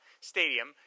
Stadium